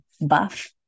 buff